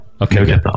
Okay